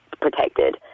protected